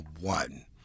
one